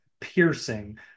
piercing